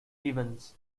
events